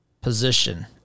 position